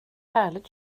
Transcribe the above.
härligt